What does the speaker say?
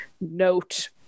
note